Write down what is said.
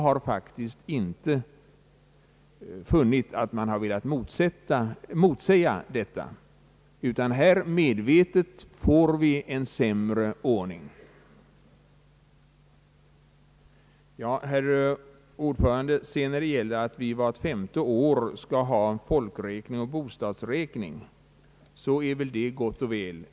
Vart femte år skall vi visserligen ha folkräkning och bostadsräkning, vilket är gott och väl.